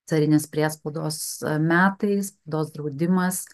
carinės priespaudos metai spaudos draudimas